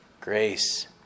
grace